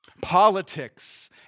politics